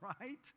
right